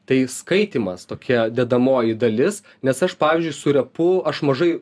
tai skaitymas tokia dedamoji dalis nes aš pavyzdžiui su repu aš mažai